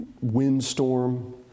windstorm